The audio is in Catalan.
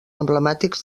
emblemàtics